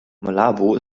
malabo